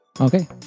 Okay